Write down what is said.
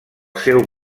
seu